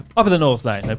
up in the north aint no